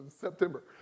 September